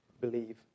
believe